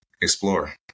explore